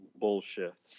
bullshit